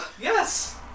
Yes